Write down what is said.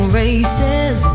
races